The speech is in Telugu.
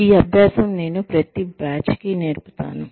ఈ అభ్యాసం నేను ప్రతి బ్యాచ్ కి నేర్పుతాను